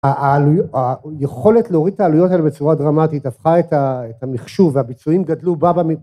היכולת להוריד את העלויות האלה בצורה דרמטית הפכה את המחשוב, והביצועים גדלו בא במקום.